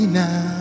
now